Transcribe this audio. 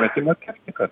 metimo technika tai